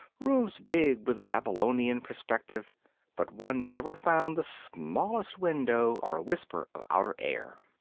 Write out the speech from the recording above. rooms big with babylonian perspective but one never found the smallest window or a whisper of outer air.